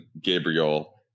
Gabriel